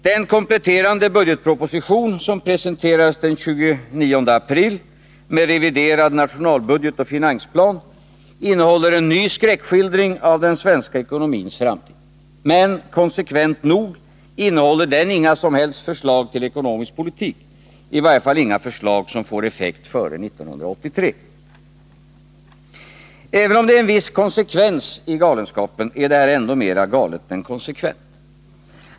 Den kompletterande budgetproposition som presenterades den 29 april med reviderad nationalbudget och finansplan innehåller en ny skräckskildring av den svenska ekonomins framtid. Men — konsekvent nog — innehåller den inga som helst förslag till ekonomisk politik, i varje fall inga förslag som får effekt före 1983. Även om det är en viss konsekvens i galenskapen, är det här ändå mer galet än konsekvent.